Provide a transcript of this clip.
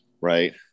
right